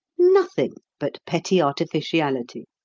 nothing but petty artificiality!